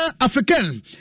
African